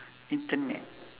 internet